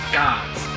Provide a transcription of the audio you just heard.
gods